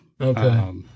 Okay